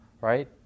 right